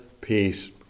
peace